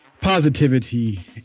positivity